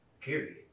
Period